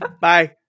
Bye